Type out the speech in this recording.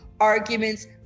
arguments